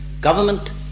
government